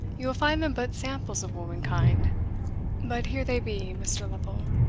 you will find them but samples of womankind but here they be, mr. lovel.